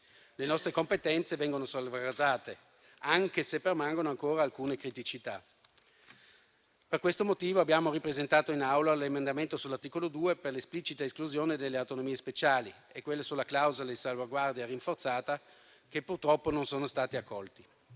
Le nostre competenze vengono salvaguardate, anche se permangono ancora alcune criticità. Per questo motivo, abbiamo ripresentato in Aula emendamenti all'articolo 2 per l'esplicita esclusione delle autonomie speciali e sulla clausola di salvaguardia rinforzata, che purtroppo non sono stati accolti.